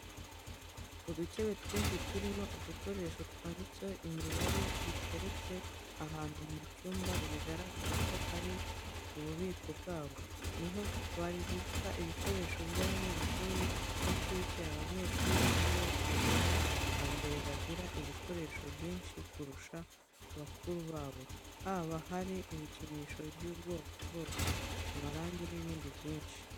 Udukebe twinshi turimo udukoresho twanditseho imibare duteretse ahantu mu cyumba bigaragare ko ari mu bubiko bwabo, ni ho babika ibikoresho by'abanyeshuri b'inshuke, aba banyeshuri ni bo nabonye bambere bagira ibikoresho byinshi kurusha bakuru babo, haba hari ibikinisho by'ubwoko bwose, amarangi n'ibindi byinshi.